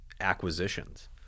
acquisitions